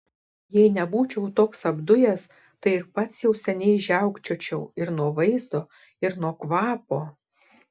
jei nebūčiau toks apdujęs tai ir pats jau seniai žiaukčiočiau ir nuo vaizdo ir nuo kvapo